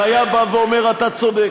שהיה בא ואומר: אתה צודק.